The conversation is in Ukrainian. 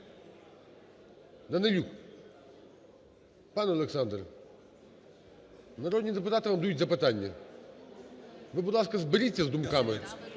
Данилюк. Пан Олександр, народні депутати вам дають запитання. Ви, будь ласка, зберіться з думками